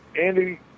Andy